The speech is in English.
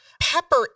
pepper